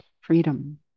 freedom